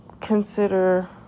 consider